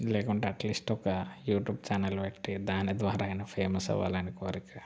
లేకుంటే అట్లీస్ట్ ఒక YouTube channel పెట్టి దాని ద్వారా అయినా ఫేమస్ అవ్వాలని కోరిక